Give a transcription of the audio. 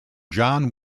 john